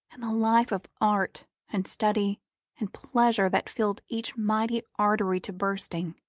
and the life of art and study and pleasure that filled each mighty artery to bursting.